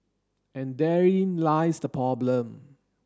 and therein lies the problem